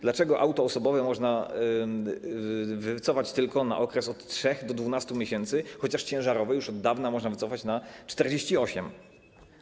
Dlaczego auto osobowe można wycofać tylko na okres od 3 do 12 miesięcy, chociaż auto ciężarowe już od dawna można wycofać na 48 miesięcy?